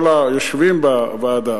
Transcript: כל היושבים בוועדה,